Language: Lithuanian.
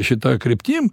šita kryptim